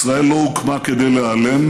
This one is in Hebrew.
ישראל לא הוקמה כדי להיעלם.